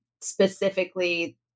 specifically